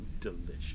Delicious